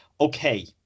Okay